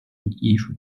艺术